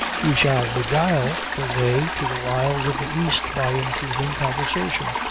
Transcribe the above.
we shall beguile the way to the wilds of the east by improving conversation,